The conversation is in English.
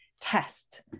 test